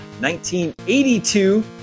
1982